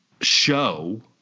show